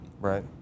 Right